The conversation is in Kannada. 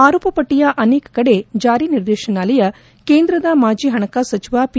ಆರೋಪ ಪಟ್ಟಿಯ ಅನೇಕ ಕಡೆ ಜಾರಿ ನಿರ್ದೇತನಾಲಯ ಕೇಂದ್ರದ ಮಾಜಿ ಹಣಕಾಸು ಸಚಿವ ಪಿ